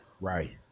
Right